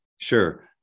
Sure